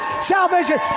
salvation